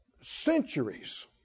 Centuries